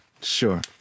Sure